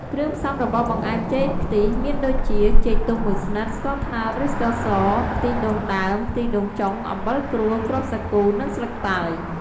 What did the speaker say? គ្រឿងផ្សំរបស់បង្អែមចេកខ្ទះមានដូចជា ចេកទុំមួយស្និត ស្ករត្នោតឬស្ករស ខ្ទិះដូងដើម ខ្ទិះដូងចុង អំបិលក្រួស គ្រាប់សាគូ និងស្លឺកតើយ។